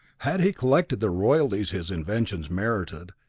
had he collected the royalties his inventions merited,